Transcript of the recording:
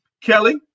Kelly